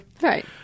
right